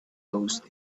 those